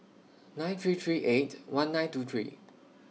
nine three three eight one nine two three